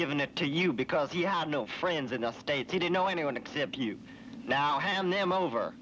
given it to you because he had no friends enough they didn't know anyone except you now hand them over